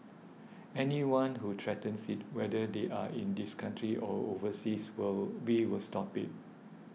anyone who threatens it whether they are in this country or overseas will be will stop it